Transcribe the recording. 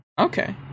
okay